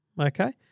okay